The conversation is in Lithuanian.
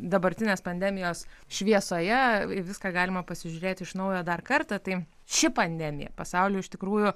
dabartinės pandemijos šviesoje į viską galima pasižiūrėti iš naujo dar kartą tai ši pandemija pasaulyje iš tikrųjų